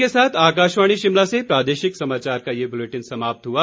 इसी के साथ आकाशवाणी शिमला से प्रादेशिक समाचार का ये बुलेटिन समाप्त हुआ